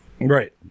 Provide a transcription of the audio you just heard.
right